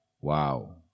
wow